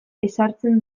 ezartzen